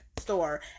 store